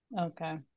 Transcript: Okay